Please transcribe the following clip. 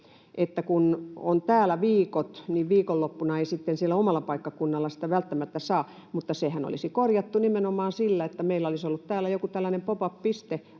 että kun on täällä viikot, niin viikonloppuna ei sitten siellä omalla paikkakunnalla sitä välttämättä saa, mutta sehän olisi korjattu nimenomaan sillä, että meillä olisi ollut täällä joku tällainen pop-up-piste,